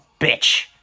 bitch